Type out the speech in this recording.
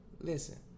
Listen